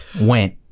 went